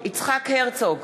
יצחק הרצוג,